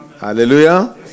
Hallelujah